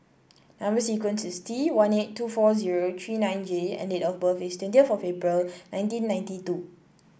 number sequence is T one eight two four zero three nine J and date of birth is twenty of April nineteen ninety two